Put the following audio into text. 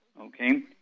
okay